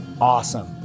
awesome